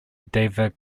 david